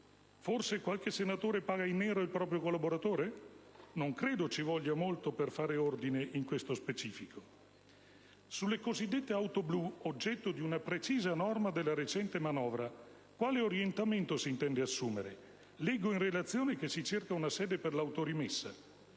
Forse qualche senatore paga in nero il proprio collaboratore? Non credo ci voglia molto per fare ordine nello specifico. Sulle cosiddette auto blu, oggetto di una precisa norma della recente manovra, quale orientamento si intende assumere? Leggo in relazione che si cerca una sede per l'autorimessa.